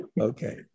Okay